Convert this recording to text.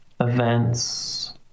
Events